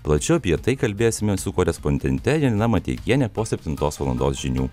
plačiau apie tai kalbėsime su korespondente janina mateikiene po septintos valandos žinių